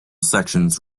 sections